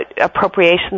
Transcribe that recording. Appropriations